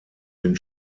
den